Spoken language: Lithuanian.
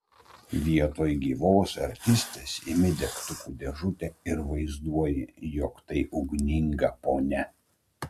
vietoj gyvos artistės imi degtukų dėžutę ir vaizduoji jog tai ugninga ponia